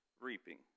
reaping